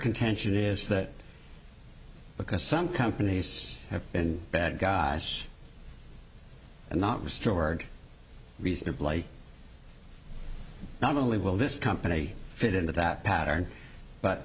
contention is that because some companies have been bad guys and not restored reasonably not only will this company fit into that pattern but